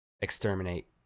exterminate